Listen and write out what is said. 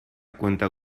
cuenta